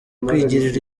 kwigirira